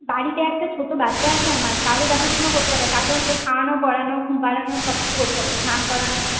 বাড়িতে একটা ছোট বাচ্চা আছে আমার তারও দেখাশোনা করতে হবে তাকে হচ্ছে খাওয়ানো পড়ানো ঘুম পাড়ানো সব কিছু করতে হবে স্নান করানো